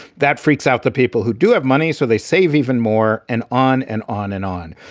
that freaks out the people who do have money. so they save even more. and on and on and on.